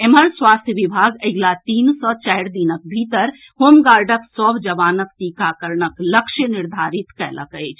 एम्हर स्वास्थ्य विभाग अगिला तीन सऽ चारि दिनक भीतर होमगार्डक सभ जवानक टीकाकरणक लक्ष्य निर्धारित कएलक अछि